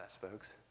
folks